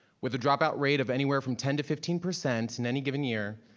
with a dropout rate of anywhere from ten to fifteen percent in any given year,